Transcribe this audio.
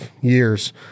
years